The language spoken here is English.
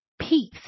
peace